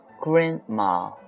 Grandma